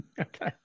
Okay